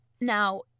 Now